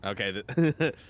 Okay